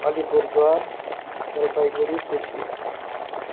Alipurduar Jalpaiguri Cooch Behar